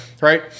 right